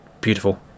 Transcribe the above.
beautiful